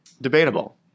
Debatable